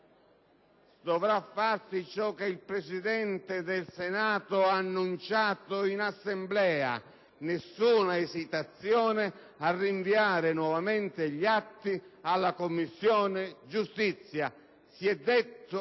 dovrà farsi ciò che il Presidente del Senato ha annunciato in Assemblea: non avere nessuna esitazione a rinviare nuovamente gli atti alla Commissione giustizia. Si è detto